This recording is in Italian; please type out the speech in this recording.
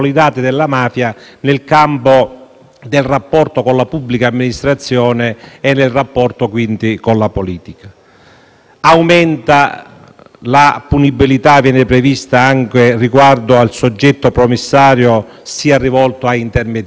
del rapporto con la pubblica amministrazione e nel rapporto, quindi, con la politica. Aumenta poi la punibilità, che viene prevista anche riguardo al soggetto promissario che si sia rivolto a intermediari, e questa è la seconda novità.